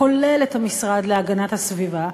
כולל המשרד להגנת הסביבה,